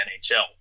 NHL